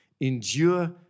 Endure